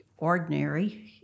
ordinary